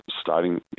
starting